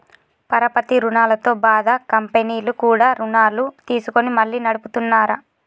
పరపతి రుణాలతో బాధ కంపెనీలు కూడా రుణాలు తీసుకొని మళ్లీ నడుపుతున్నార